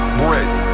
break